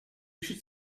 should